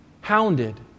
Hounded